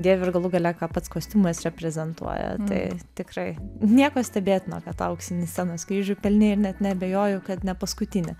dėvi ir galų gale ką pats kostiumas reprezentuoja tai tikrai nieko stebėtino kad tą auksinį scenos kryžių pelnei ir net neabejoju kad ne paskutinį